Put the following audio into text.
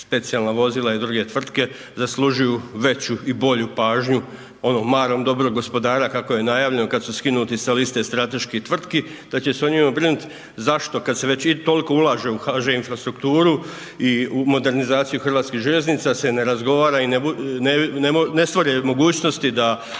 Spacijalna vozila i druge tvrtke zaslužuju veću i bolju pažnju ono marom dobrog gospodara kako je najavljeno kada su skinuti sa liste strateških tvrtki da će se o njima brinuti. Zašto? Kada se već toliko ulaže u HŽ Infrastrukturu i u modernizaciju Hrvatskih željeznica se ne razgovara i ne stvore mogućnosti da